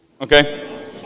Okay